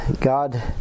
God